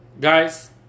guys